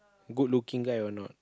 good looking guy or not